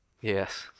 Yes